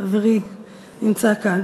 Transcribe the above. חברי נמצא כאן.